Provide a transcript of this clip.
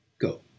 Go